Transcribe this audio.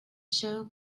show